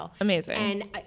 amazing